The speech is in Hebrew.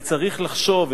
וצריך לחשוב,